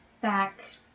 back